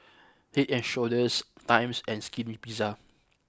Head and Shoulders Times and Skinny Pizza